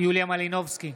יוליה מלינובסקי,